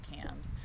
cams